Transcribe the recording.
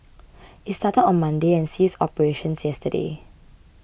it started on Monday and ceased operations yesterday